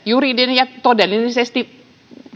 juridinen ja todennäköisesti